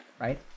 Right